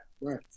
Right